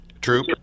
True